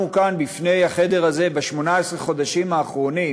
כאן בפני החדר הזה ב-18 החודשים האחרונים,